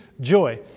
joy